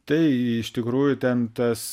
tai iš tikrųjų ten tas